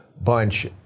bunch